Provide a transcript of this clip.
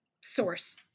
source